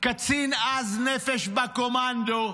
קצין עז נפש בקומנדו,